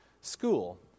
school